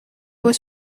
was